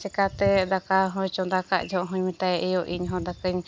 ᱪᱤᱠᱟᱹᱛᱮ ᱫᱟᱠᱟ ᱦᱚᱭ ᱪᱚᱸᱫᱟ ᱠᱟᱜ ᱡᱚᱜ ᱦᱚᱸᱧ ᱢᱮᱛᱟᱭᱟ ᱮᱭᱳ ᱤᱧᱦᱚᱸ ᱫᱟᱠᱟᱧ